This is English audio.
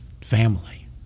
family